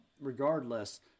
Regardless